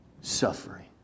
suffering